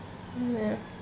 mm ya